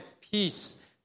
peace